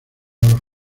los